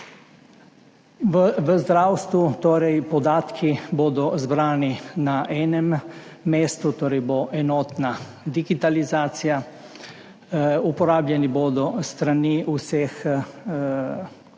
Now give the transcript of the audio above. v zdravstvu. Torej, podatki bodo zbrani na enem mestu, torej bo enotna digitalizacija, uporabljeni bodo s strani vseh